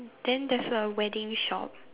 then there's a wedding shop